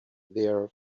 their